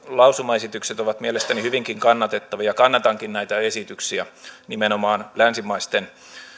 lausumaesitykset ovat mielestäni hyvinkin kannatettavia kannatankin näitä esityksiä nimenomaan länsimaisten